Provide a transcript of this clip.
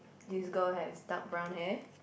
this girl has dark brown hair